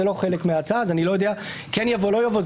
זה לא חלק מההצעה אז אני לא יודע אם זה יבוא או לא יבוא.